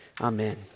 Amen